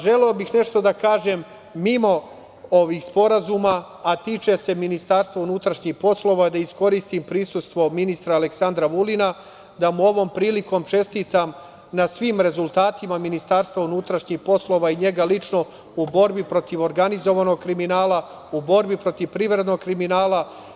Želeo bih nešto da kažem mimo ovih sporazuma, a tiče se Ministarstva unutrašnjih poslova, da iskoristim prisustvo ministra Aleksandra Vulina, da mu ovom prilikom čestitam na svim rezultatima Ministarstva unutrašnjih poslova i njega lično u borbi protiv organizovanog kriminala, u borbi protiv privrednog kriminala.